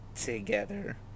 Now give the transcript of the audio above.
Together